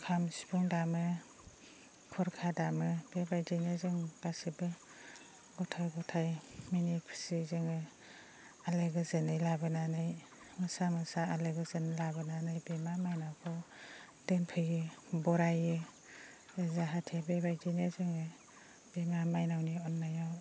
खाम सिफुं दामो खरखा दामो बेबायदिनो जों गासैबो गथ' गथाय मिनि खुसि जोङो आलो गोजोनै लाबोनानै मोसा मोसा आलो गोजोनै लाबोनानै बिमा मायनावखौ दोनफैयो बरायो जाहाथे बेबायदिनो जोङो बिमा मायनावनि अननायाव